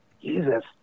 Jesus